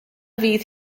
fydd